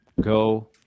go